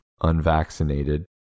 unvaccinated